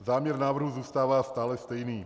Záměr návrhu zůstává stále stejný.